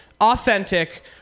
authentic